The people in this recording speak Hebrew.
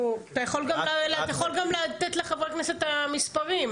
אתה יכול גם לתת לחברי הכנסת את המספרים.